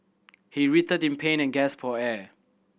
he writhed in pain and gasped for air